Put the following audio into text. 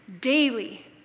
daily